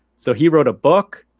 so he wrote a book.